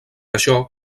això